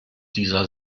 dieser